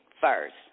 first